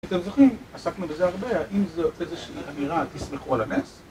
אתם זוכרים, עסקנו בזה הרבה, האם זו איזושהי אמירה תסמכו על הנס